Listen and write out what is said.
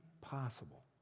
possible